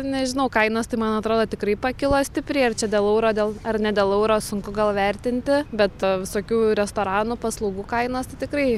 nežinau kainos tai man atrodo tikrai pakilo stipriai ar čia dėl euro dėl ar ne dėl euro sunku gal vertinti bet visokių restoranų paslaugų kainos tikrai